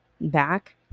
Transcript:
back